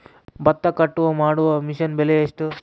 ಭತ್ತ ಕಟಾವು ಮಾಡುವ ಮಿಷನ್ ಬೆಲೆ ಎಷ್ಟು?